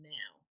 now